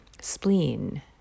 spleen